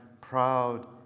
proud